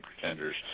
Pretenders